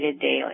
daily